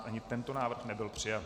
Ani tento návrh nebyl přijat.